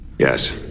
Yes